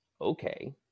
okay